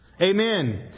Amen